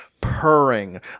purring